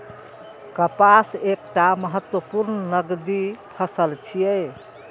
कपास एकटा महत्वपूर्ण नकदी फसल छियै